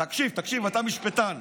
תקשיב, תקשיב, אתה משפטן.